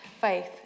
faith